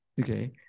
okay